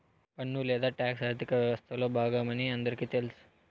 పన్ను లేదా టాక్స్ ఆర్థిక వ్యవస్తలో బాగమని అందరికీ తెల్స